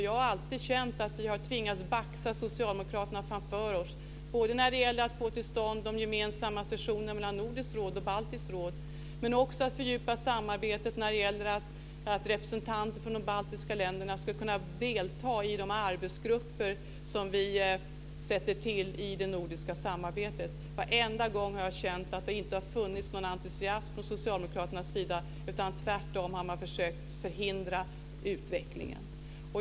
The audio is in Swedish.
Jag har alltid känt att vi har tvingats baxa socialdemokraterna framför oss, både när det gällt att få till stånd de gemensamma sessionerna mellan Nordiska rådet och Baltiska rådet och när det gällt att fördjupa samarbetet genom att låta representanter från de baltiska länderna delta i de arbetsgrupper vi tillsätter i det nordiska samarbetet. Varenda gång har jag känt att det inte har funnits någon entusiasm från socialdemokraternas sida. Tvärtom har man försökt förhindra utvecklingen.